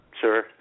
Sure